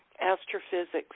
astrophysics